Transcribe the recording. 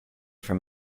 from